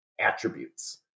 attributes